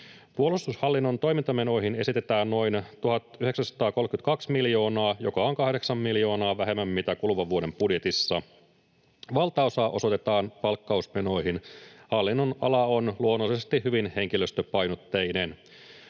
Puolustushallinnon toimintamenoihin esitetään noin 1 932 miljoonaa, joka on 8 miljoonaa vähemmän kuin kuluvan vuoden budjetissa. Valtaosa osoitetaan palkkausmenoihin. Hallinnonala on luonnollisesti hyvin henkilöstöpainotteinen.